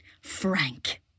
Frank